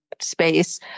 space